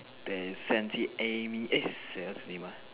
there is Santy Amy eh say what's her name ah